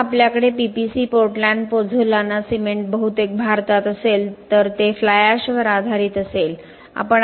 समजा आपल्याकडे PPC Portland pozzolana cement बहुतेक भारतात असेल तर ते फ्लाय एशवर आधारित असेल